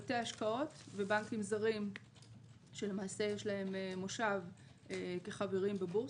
בתי השקעות ובנקים זרים שיש להם מושב כחברים בבורסה.